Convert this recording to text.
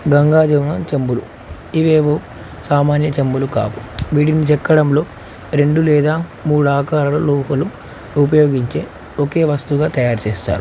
గంగాజమున చెంబులు ఇవేవో సామాన్య చెంబులు కాపు వీటిని చెక్కడంలో రెండు లేదా మూడు ఆకారాల లోపలు ఉపయోగించే ఒకే వస్తువుగా తయారు చేస్తారు